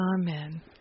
Amen